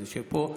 את יושבת פה,